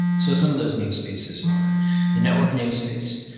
so some of those name spaces are the network name space,